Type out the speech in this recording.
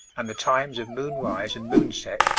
and the times of moonrise and moonset,